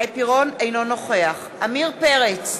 אינו נוכח עמיר פרץ,